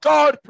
God